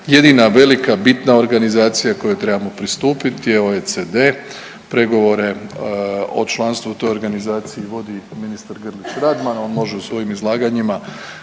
jedina velika bitna organizacija kojoj trebamo pristupiti je OECD. Pregovore o članstvu u toj organizaciji vodi ministar Grlić Radman. On može u svojim izlaganjima